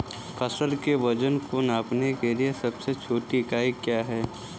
फसल के वजन को नापने के लिए सबसे छोटी इकाई क्या है?